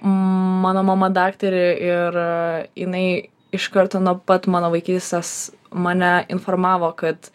mano mama daktarė ir jinai iš karto nuo pat mano vaikystės mane informavo kad